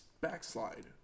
backslide